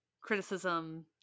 Criticism